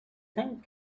thing